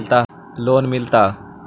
Loan मिलता?